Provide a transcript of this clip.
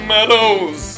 Meadows